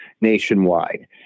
nationwide